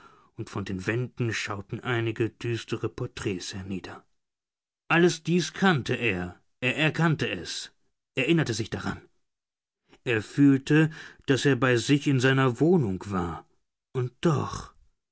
und von den wänden schauten einige düstere porträts hernieder alles dies kannte er er erkannte es erinnerte sich daran er fühlte daß er bei sich in seiner wohnung war und doch